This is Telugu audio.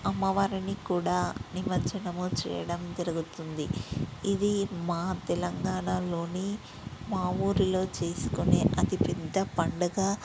అమ్మవారిని కూడా నిమ జ్జనంచేయడం జరుగుతుంది ఇది మా తెలంగాణాలోని మా ఊరిలో చేసుకొనే అతి పెద్ద పండుగ